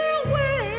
away